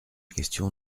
question